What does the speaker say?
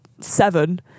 seven